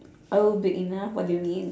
oh big enough what do you mean